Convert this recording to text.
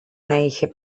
είχε